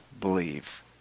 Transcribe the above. believe